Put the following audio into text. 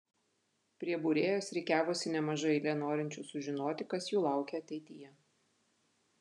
prie būrėjos rikiavosi nemaža eilė norinčių sužinoti kas jų laukia ateityje